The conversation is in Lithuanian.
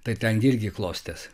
tai ten irgi klostės